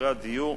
למשפרי הדיור,